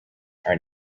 are